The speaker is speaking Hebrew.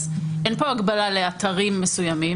אז אין פה הגבלה לאתרים מסוימים,